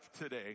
today